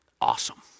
Awesome